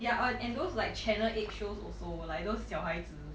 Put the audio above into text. yeah and and those like channel eight shows also like those 小孩子